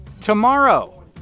Tomorrow